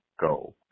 go